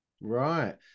Right